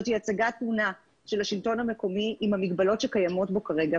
זו הצגת תמונה של השלטון המקומי עם המגבלות שקיימות בו כרגע.